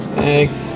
Thanks